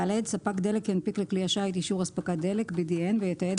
ספק דלק ינפיק לכלי השיט אישור אספקת דלק (BDN) ויתעד